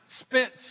spent